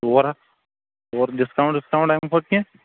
ژور ہتھ ژور ڈِسکاونٛٹ وِسکاونٛٹ اَمہِ کھۄتہٕ کیٚنٛہہ